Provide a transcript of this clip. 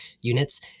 units